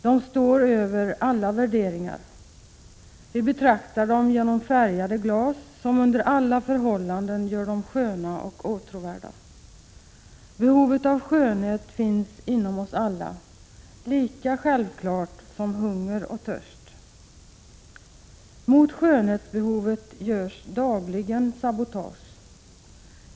De står över alla värderingar. Vi betraktar dem genom färgade glas, som under alla förhållanden gör dem sköna och åtråvärda. Behovet av skönhet finns inom oss alla, lika självklart som hunger och törst. Mot skönhetsbehovet görs dagligen sabotage.